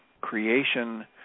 creation